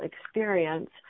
experience